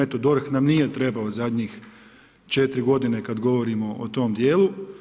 Eto, DORH nam nije trebao zadnjih 4 g. kad govorimo o tom dijelu.